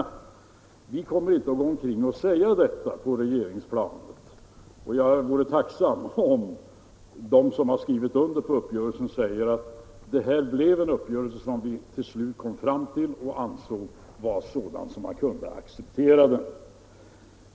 På regeringsplanet kommer vi inte att gå omkring och säga detta, och jag vore tacksam om de som har skrivit under uppgörelsen ville stå för att detta blev en uppgörelse som vi till slut kom fram till och som ansågs vara sådan att vi kunde acceptera den.